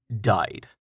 died